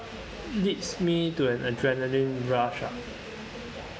leads me to an adrenaline rush uh